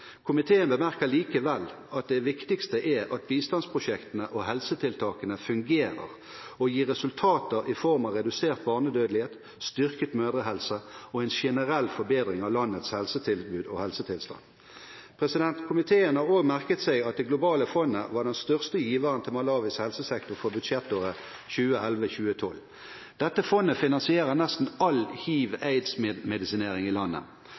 Komiteen bemerker likevel at det viktigste er at bistandsprosjektene og helsetiltakene fungerer og gir resultater i form av redusert barnedødelighet, styrket mødrehelse og en generell forbedring av landets helsetilbud og helsetilstand. Komiteen har òg merket seg at det globale fondet var den største giveren til Malawis helsesektor for budsjettåret 2011–2012. Dette fondet finansierer nesten all hiv/aids-medisinering i landet.